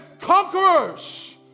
conquerors